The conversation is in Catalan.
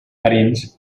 parents